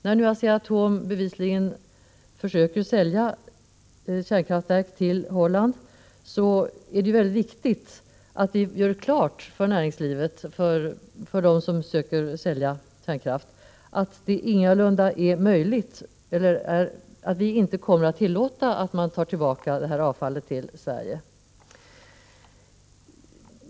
När nu ASEA-ATOM bevisligen försöker sälja kärnkraftverk till Holland, så är det väldigt viktigt att vi gör klart för näringslivet, för dem som söker sälja kärnkraft, att vi inte kommer att tillåta att man tar tillbaka det här avfallet till Sverige.